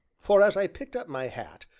for, as i picked up my hat,